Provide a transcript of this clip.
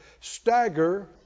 Stagger